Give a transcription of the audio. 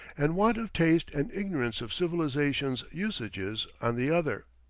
and want of taste and ignorance of civilization's usages on the other.